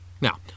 Now